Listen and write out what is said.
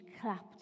clapped